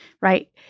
right